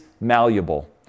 malleable